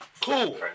Cool